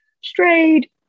strayed